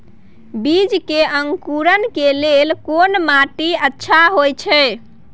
बीज के अंकुरण के लेल कोन माटी अच्छा होय छै?